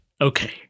okay